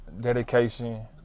dedication